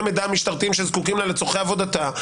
המידע המשטרתיים שזקוקים לה לצורכי עבודתה.